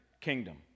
kingdom